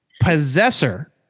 possessor